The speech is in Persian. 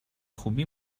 خوبی